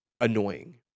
Annoying